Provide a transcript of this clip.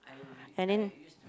and then